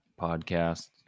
podcast